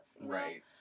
Right